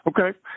Okay